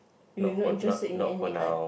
you not interested in any art